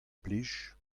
plij